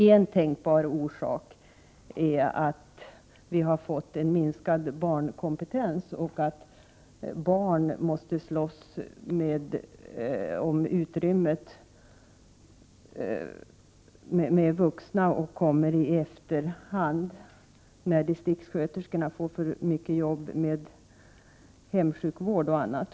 En tänkbar orsak är att vi har fått en minskad kompetens i fråga om barnkunskap och att barn måste slåss med vuxna om ekonomiskt utrymme och kommer i efterhand när distriktssköterskorna har för mycket arbete med hemsjukvård och annat.